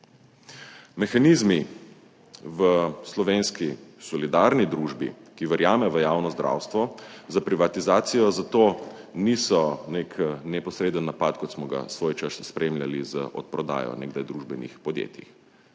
Mehanizmi v slovenski solidarni družbi, ki verjame v javno zdravstvo, za privatizacijo zato niso nek neposreden napad, kot smo ga svojčas spremljali z odprodajo nekdaj družbenih podjetij.